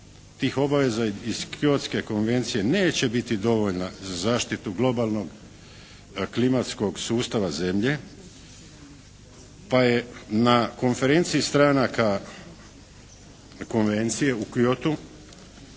tih obaveza iz Kyotske konvencije neće biti dovoljna za zaštitu globalnog klimatskog sustava zemlje, pa je na konferenciji stranaka konvencije u Kyotu